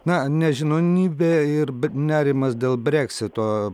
na nežinonybė ir nerimas dėl breksito